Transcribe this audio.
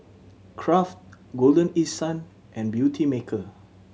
Kraft Golden East Sun and Beautymaker